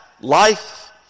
Life